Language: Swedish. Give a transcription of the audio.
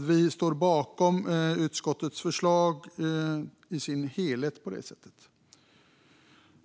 Vi står därför bakom utskottets förslag i dess helhet.